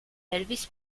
elvis